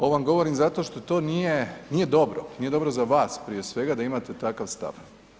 Ovo vam govorim zato što to nije, nije dobro, nije dobro za vas prije svega da imate takav stav.